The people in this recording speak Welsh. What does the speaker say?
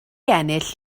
ennill